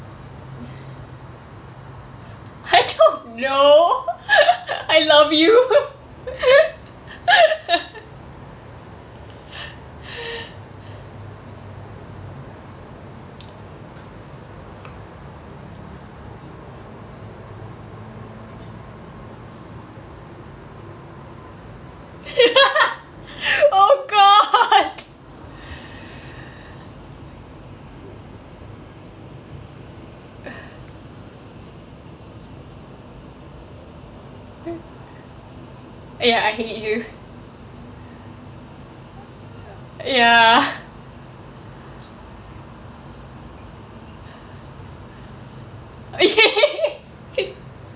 I don't know I love you oh god ya I hate you ya